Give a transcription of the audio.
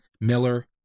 Miller